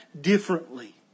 differently